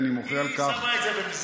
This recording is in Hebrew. אני מוחה על כך, היא שמה את זה במסגרת.